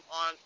on